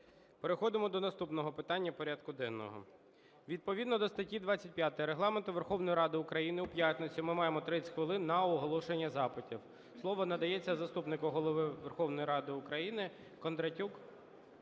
Переходимо до наступного питання порядку денного. Відповідно до статті 25 Регламенту Верховної Ради України у п'ятницю ми маємо 30 хвилин на оголошення запитів. Слово надається заступнику Голови Верховної Ради України Кондратюк